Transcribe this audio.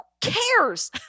cares